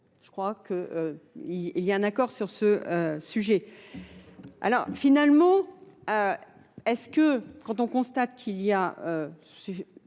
Je crois qu'il y a un accord sur ce sujet. Alors finalement, est-ce que quand on constate qu'il y a